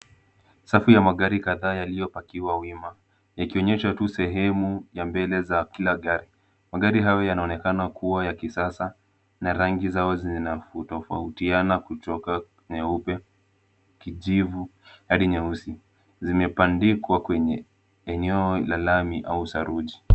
Safu ya magari kadhaa yaliyopakiwa wima yakionyesha tu sehemu ya mbele za kila gari. Magari hayo yanaonekana kuwa ya kisasa na rangi zao zina kutofautiana kutoka nyeupe, kijivu hadi nyeusi. Zimebandikwa kwa eneo la lami au saruji.